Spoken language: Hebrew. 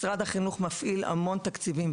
מה עשיתם עם זה?